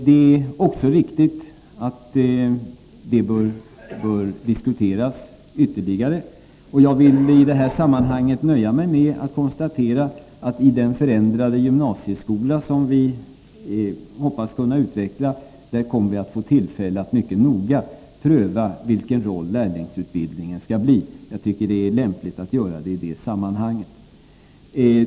Det är också riktigt att detta bör diskuteras ytterligare, och jag vill nu nöja mig med att konstatera att vi i den förändrade gymnasieskola som vi hoppas kunna utveckla kommer att få tillfälle att mycket noga pröva vilken roll lärlingsutbildningen skall få. Jag tycker att det är lämpligt att göra det i det sammanhanget.